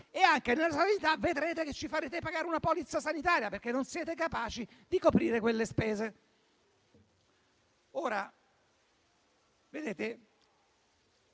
e anche nella sanità vedrete che ci farete pagare una polizza sanitaria, perché non siete capaci di coprire quelle spese.